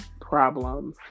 problem